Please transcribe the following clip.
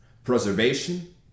Preservation